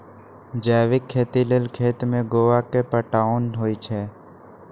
जैविक खेती लेल खेत में गोआ के पटाओंन होई छै